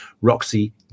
Roxy